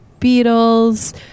Beatles